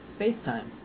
FaceTime